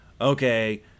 okay